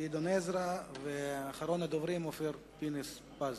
גדעון עזרא ואחרון הדוברים אופיר פינס-פז.